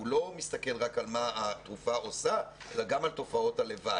הוא לא מסתכל רק על מה התרופה עושה אלא גם על תופעות הלוואי.